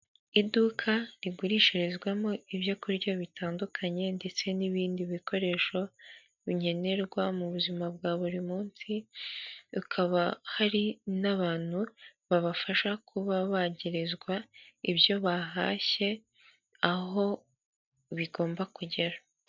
Iduka rigurishirizwamo ibyo kurya bitandukanye ndetse n'ibindi bikoresho nkenerwa mu buzima bwa buri munsi, hakaba hari n'abantu babafasha kuba bagerezwa ibyo bahashye aho bigomba kugera.